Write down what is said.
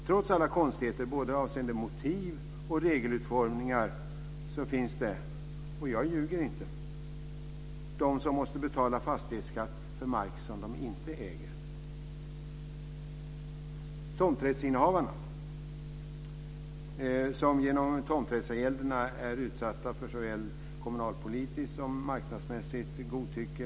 Trots alla konstigheter avseende motiv och regelutformning finns det de som måste betala fastighetsskatt för mark som de inte äger - jag ljuger inte! Tomträttsinnehavarna är genom tomträttsavgälderna utsatta för såväl kommunalpolitiskt som marknadsmässigt godtycke.